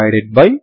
yx2222